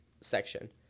section